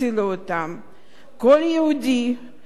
כל יהודי שניצל בשואה,